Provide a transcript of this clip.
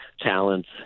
talents